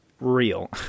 real